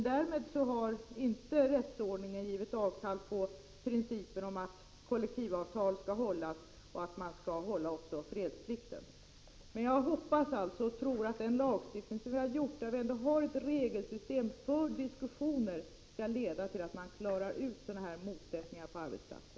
Därmed har rättsordningen inte givit avkall på principen att kollektivavtal skall hållas och att även fredsplikten skall iakttas. Men jag hoppas och tror att den lagstiftning som vi infört, där det finns ett regelsystem för diskussioner, skall leda till att man klarar ut sådana här motsättningar på arbetsplatsen.